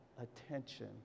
attention